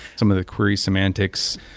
some of the query semantics,